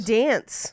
dance